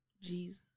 Jesus